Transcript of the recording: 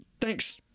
Thanks